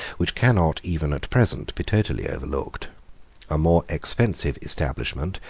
which cannot even at present be totally overlooked a more expensive establishment,